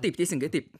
taip teisingai taip